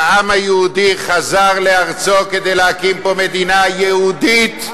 העם היהודי חזר לארצו כדי להקים פה מדינה יהודית.